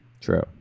True